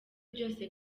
byose